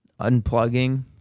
unplugging